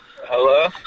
Hello